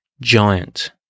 giant